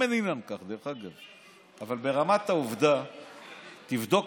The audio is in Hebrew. דרך אגב, לבדוק.